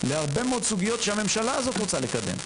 להרבה מאוד סוגיות שהממשלה הזאת רוצה לקדם.